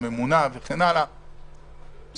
הממונה וכן הלאה בסדר,